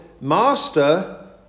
Master